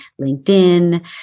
LinkedIn